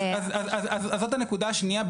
זאת הנקודה השנייה.